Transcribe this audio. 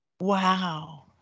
Wow